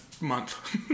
month